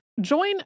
Join